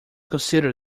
consider